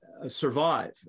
survive